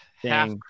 half